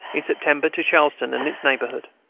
in september to charleston and its neighborhood,